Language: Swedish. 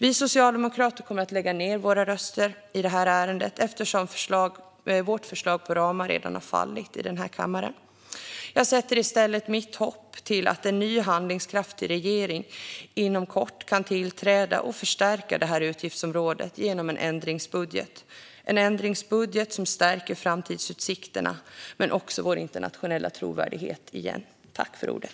Vi socialdemokrater kommer att lägga ned våra röster i detta ärende eftersom vårt förslag till ramar redan har fallit i denna kammare. Jag sätter i stället mitt hopp till att en ny handlingskraftig regering inom kort kan tillträda och förstärka detta utgiftsområde genom en ändringsbudget - en ändringsbudget som stärker framtidsutsikterna men också återigen stärker vår internationella trovärdighet.